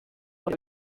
tona